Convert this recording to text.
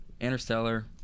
Interstellar